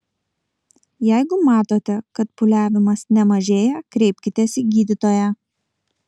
jeigu matote kad pūliavimas nemažėja kreipkitės į gydytoją